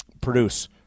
produce